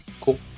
Cool